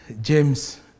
James